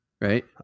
right